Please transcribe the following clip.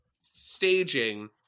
staging